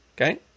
Okay